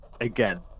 again